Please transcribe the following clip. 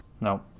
No